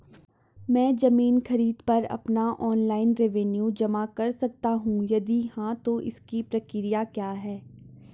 मैं ज़मीन खरीद पर अपना ऑनलाइन रेवन्यू जमा कर सकता हूँ यदि हाँ तो इसकी प्रक्रिया क्या है?